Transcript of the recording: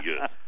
good